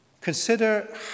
consider